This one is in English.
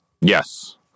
Yes